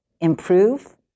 improve